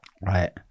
right